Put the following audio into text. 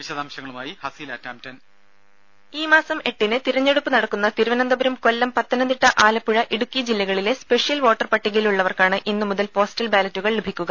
വിശദാംശങ്ങളുമായി ഹസീല ടാംടൺ ദേദ ഈമാസം എട്ടിന് തിരഞ്ഞെടുപ്പ് നടക്കുന്ന തിരുവനന്തപുരം കൊല്ലം പത്തനംതിട്ട ആലപ്പുഴ ഇടുക്കി ജില്ലകളിലെ സ്പെഷ്യൽ വോട്ടർ പട്ടികയിലുള്ളവർക്കാണ് ഇന്നുമുതൽ പോസ്റ്റൽ ബാലറ്റുകൾ ലഭിക്കുക